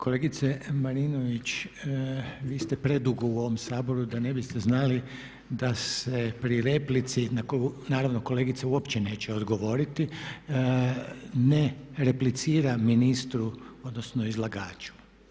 Kolegice Marinović vi ste predugo u ovom Saboru da ne biste znali da se pri replici na koju naravno kolegica uopće neće odgovoriti ne replicira ministru odnosno izlagaču.